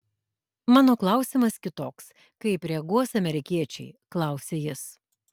mano klausimas kitoks kaip reaguos amerikiečiai klausia jis